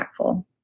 impactful